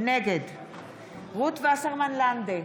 נגד רות וסרמן לנדה,